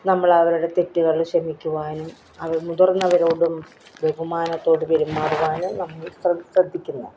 നമ്മൾ അവരുടെ തെറ്റുകൾ ക്ഷമിക്കുവാനും അവർ മുതിർന്നവരോടും ബഹുമാനത്തോടെ പെരുമാറുവാനും നമ്മൾ ശ്രദ്ധിക്കുന്നു